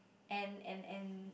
and and and